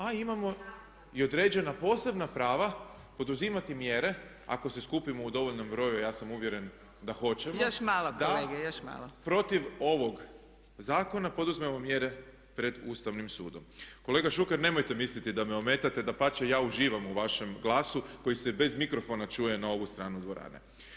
A imamo i određena posebna prava poduzimati mjere ako se skupimo u dovoljnom broju, a ja sam uvjeren da hoćemo, da protiv ovog zakona poduzmemo mjere pred Ustavnim sudom. … [[Upadica se ne razumije.]] Kolega Šuker nemojte misliti da me ometate, dapače ja uživam u vašem glasu koji se i bez mikrofona čuje na ovu stranu dvorane.